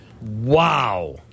Wow